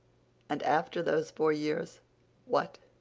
and after those four years what?